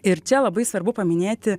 ir čia labai svarbu paminėti